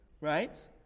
right